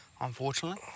unfortunately